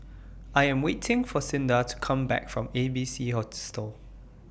I Am waiting For Cinda to Come Back from A B C Hostel